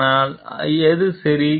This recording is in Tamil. ஆனால் அது சரியா